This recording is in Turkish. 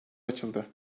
açıldı